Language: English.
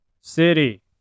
City